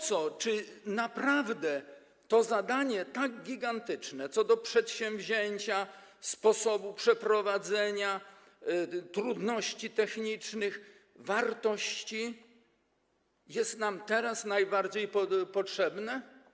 Czy naprawdę to zadanie tak gigantyczne co do przedsięwzięcia, sposobu przeprowadzenia, trudności technicznych, wartości jest nam teraz najbardziej potrzebne?